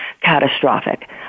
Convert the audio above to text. catastrophic